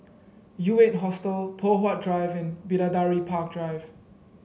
U Eight Hostel Poh Huat Drive and Bidadari Park Drive